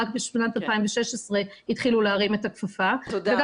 רק בשנת 2016 התחילו להרים את הכפפה וגם